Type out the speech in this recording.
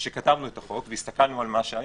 כשכתבנו את החוק והסתכלנו על מה שהיה,